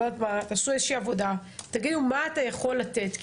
תעשו איזושהי עבודה ותגידו מה אתה יכול לתת.